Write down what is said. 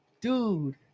Dude